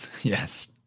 Yes